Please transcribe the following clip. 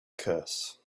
curse